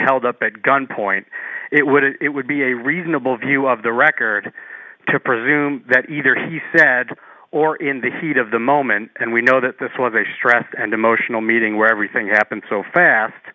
held up at gunpoint it would it would be a reasonable view of the record to presume that either he said or in the heat of the moment and we know that this was a stressed and emotional meeting where everything happened so